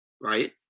right